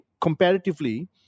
comparatively